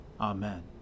Amen